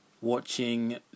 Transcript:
Watching